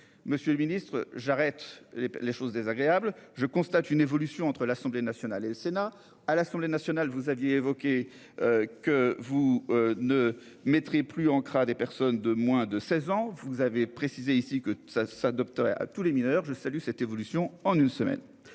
Monsieur le Ministre, j'arrête les les choses désagréables. Je constate une évolution entre l'Assemblée nationale et le Sénat, à l'Assemblée nationale vous aviez évoqué que vous ne mettrez plus ancrée à des personnes de moins de 16 ans vous avez précisé ici que ça ça adopterait à tous les mineurs. Je salue cette évolution en une semaine.